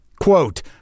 Quote